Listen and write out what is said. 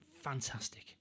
fantastic